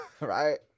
right